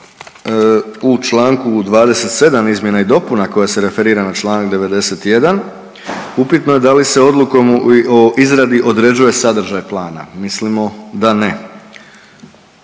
u članku 27. izmjena i dopuna koja se referira na članak 91. upitno je da li se odlukom o izradi određuje sadržaj plana. Mislimo da ne.